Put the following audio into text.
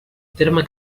terme